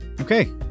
Okay